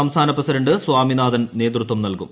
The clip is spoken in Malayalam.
സംസ്ഥാന പ്രസിഡന്റ് സ്വാമിനാഥൻ നേതൃത്വം നൽകും